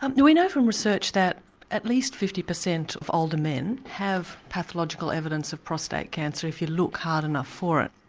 um we know from research that at least fifty percent of older men have pathological evidence of prostate cancer if you look hard enough for it.